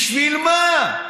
בשביל מה?